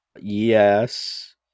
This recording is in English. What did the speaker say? Yes